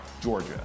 Georgia